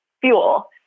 fuel